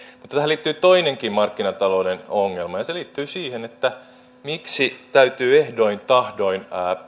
mutta tähän liittyy toinenkin markkinatalouden ongelma ja se liittyy siihen että miksi täytyy ehdoin tahdoin